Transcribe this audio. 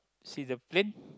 see the plane